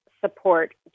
support